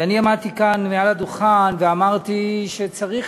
ואני עמדתי כאן מעל לדוכן ואמרתי שצריך